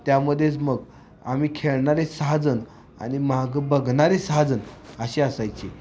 त्यामध्येच मग आम्ही खेळणारे सहाजण आणि मागं बघणारे सहाजण असे असायचे